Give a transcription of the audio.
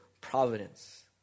providence